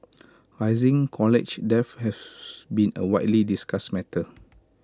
rising college debt has been A widely discussed matter